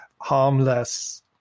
harmless